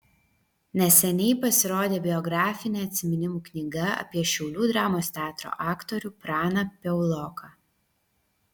neseniai pasirodė biografinė atsiminimų knyga apie šiaulių dramos teatro aktorių praną piauloką